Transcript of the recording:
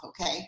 Okay